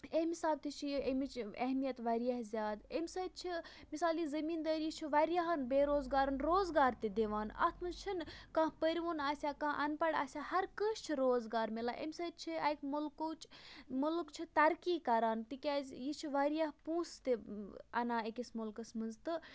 اَمہِ حِساب تہِ چھِ یہِ اَمِچ ایٚہمِیَت واریاہ زِیادٕ اَمہِ سۭتۍ چھِ مِثال یہِ زٔمیٖندٲری چھِ واریاہَن بے روزگارَن روزگار تہِ دِوان اَتھ منٛز چھِنہٕ کانٛہہ پروُن آسہِ ہا کانٛہہ اَنپَڈ آسہِ ہا ہر کٲنٛسہِ چھ روزگار مِلان اَمہِ سۭتۍ چھُ اکہِ مُلکٕچ مُلُک چھُ ترقی کَران تِکیازِ یہِ چھِ واریاہ پونٛسہٕ تہِ اَنان أکِس مُلکَس منٛز تہٕ